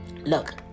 Look